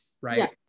right